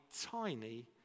tiny